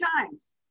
times